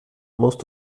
musst